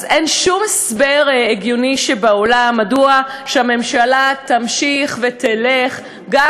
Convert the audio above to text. אז אין שום הסבר הגיוני בעולם מדוע שהממשלה תמשיך ותלך לזה,